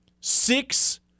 Six